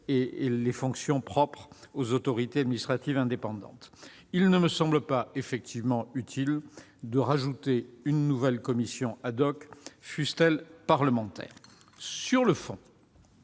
des fonctions propres aux autorités administratives indépendantes. Il ne me semble effectivement pas utile d'ajouter une nouvelle commission, fût-elle parlementaire. Sur le fond,